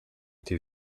été